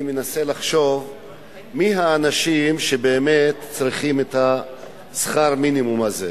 אני מנסה לחשוב מי האנשים שבאמת צריכים את שכר המינימום הזה.